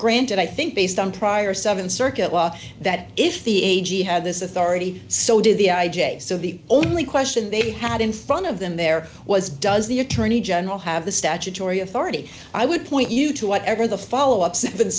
granted i think based on prior seven circuit law that if the a g had this authority so did the i j a so the only question they had in front of them there was does the attorney general have the statutory authority i would point you to whatever the follow up